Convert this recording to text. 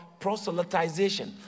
proselytization